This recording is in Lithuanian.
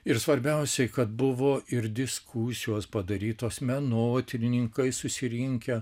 ir svarbiausiai kad buvo ir diskusijos padarytos menotyrininkai susirinkę